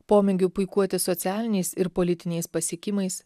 pomėgiu puikuotis socialiniais ir politiniais pasiekimais